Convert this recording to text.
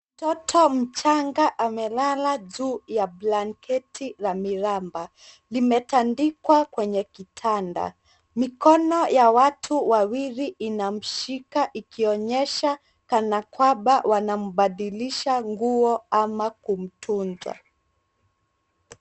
Mtoto mchanga amelala juu ya blanketi la miraba. Limetandikwa kwenye kitanda. Mikono ya watu wawili inamshika ikionyesha kana kwamba wanambadilisha nguo ama kumtunza.